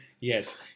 Yes